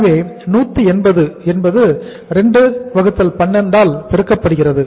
எனவே 180 என்பது 212 ஆல் பெருக்கப்படுகிறது